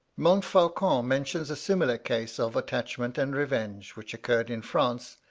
montfaucon mentions a similar case of attachment and revenge which occurred in france,